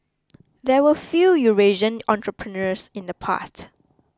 there were few Eurasian entrepreneurs in the past